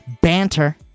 banter